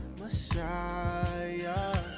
messiah